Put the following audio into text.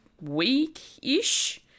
week-ish